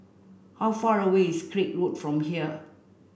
how far away is Craig Road from here